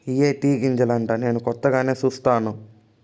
ఇయ్యే టీ గింజలంటా నేను కొత్తగానే సుస్తాను